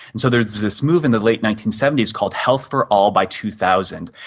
and so there's this move in the late nineteen seventy s called health for all by two thousand,